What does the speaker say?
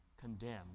condemned